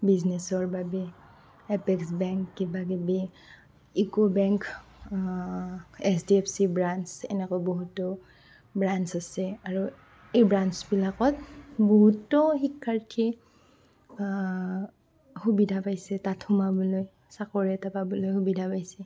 বিজনেচৰ বাবে apex bank কিবাকিবি UCO bank H D F C branch এনেকৈ বহুতো ব্ৰাঞ্চ আছে আৰু এই ব্ৰাঞ্চবিলাকত বহুতো শিক্ষাৰ্থীয়ে সুবিধা পাইছে তাত সোমাবলৈ চাকৰি এটা পাবলৈ সুবিধা পাইছে